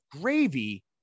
gravy